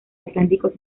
atlántico